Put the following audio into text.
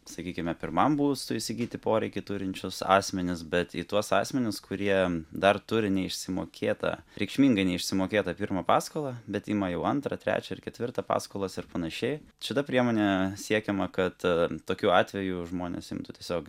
sakykime pirmam būstui įsigyti poreikį turinčius asmenis bet į tuos asmenis kurie dar turi neišsimokėtą reikšmingai neišsimokėta pirmą paskolą bet ima jau antrą trečią ir ketvirtą paskolas ir panašiai šita priemone siekiama kad tokiu atveju žmonės imtų tiesiog